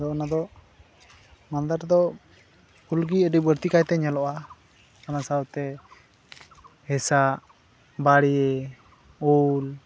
ᱚᱱᱟ ᱫᱚ ᱢᱟᱞᱫᱟ ᱨᱮᱫᱚ ᱜᱮ ᱟᱹᱰᱤ ᱵᱟᱹᱲᱛᱤ ᱠᱟᱭᱛᱮ ᱧᱮᱞᱚᱜᱼᱟ ᱚᱱᱟ ᱥᱟᱶᱛᱮ ᱦᱮᱥᱟᱜ ᱵᱟᱲᱮ